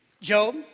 Job